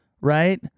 Right